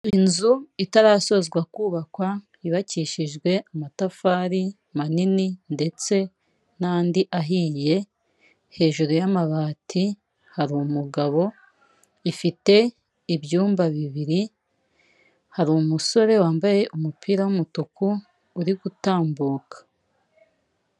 Inzu itarasozwa kubakwa yubakishijwe amatafari manini ndetse n'andi ahiye, hejuru y'amabati hari umugabo, ifite ibyumba bibiri, hari umusore wambaye umupira w'umutuku uri gutambuka.